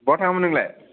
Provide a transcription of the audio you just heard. बहा थाङामोन नोंलाय